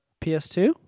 PS2